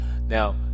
Now